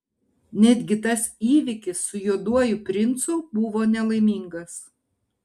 netgi tas įvykis su juoduoju princu buvo nelaimingas